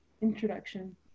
Introduction